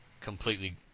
completely